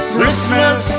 Christmas